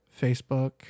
Facebook